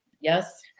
Yes